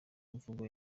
imvugo